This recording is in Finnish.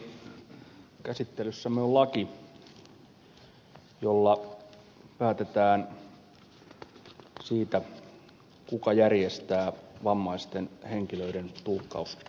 käsittelyssämme on laki jolla päätetään siitä kuka järjestää vammaisten henkilöiden tulkkauspalvelut